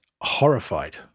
horrified